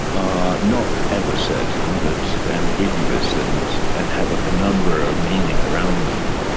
are not ever certain but ambiguous and and have a number of meaning around them,